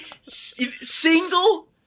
single